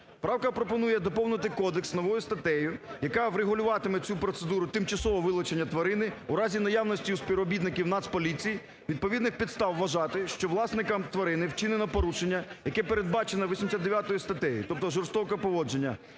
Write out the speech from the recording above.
Правка пропонує доповнити кодекс новою статтею, яка врегулюватиме цю процедуру тимчасово вилучення тварини у разі наявності у співробітників Нацполіції відповідних підстав вважати, що власником тварини вчинено порушення, яке передбачено 89 статтею, тобто жорстоке поводження